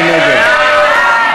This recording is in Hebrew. מי נגד?